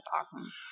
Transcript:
awesome